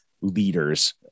leaders